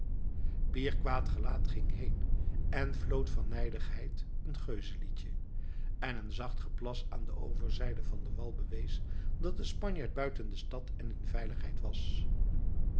pier quaet gelaet ging heen en floot van nijdigheid een geuzenliedje en een zacht geplas aan de overzijde van den wal bewees dat de spanjaard buiten de stad en in veiligheid was